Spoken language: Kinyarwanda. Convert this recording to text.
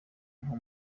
nko